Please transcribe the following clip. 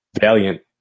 Valiant